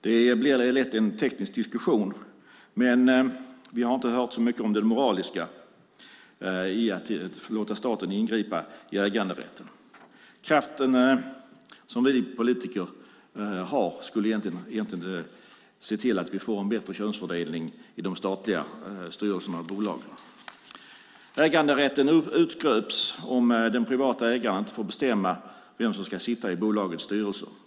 Det blir lätt en teknisk diskussion. Vi har inte hört så mycket om det moraliska i att låta staten ingripa i äganderätten. Med den kraft som vi politiker har borde vi egentligen se till att vi får en bättre könsfördelning i de statliga styrelserna och bolagen. Äganderätten urgröps om den privata ägaren inte får bestämma vem som ska sitta i bolagets styrelse.